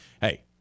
hey